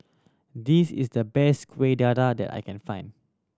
this is the best Kuih Dadar that I can find